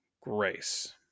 grace